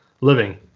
living